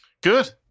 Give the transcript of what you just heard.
Good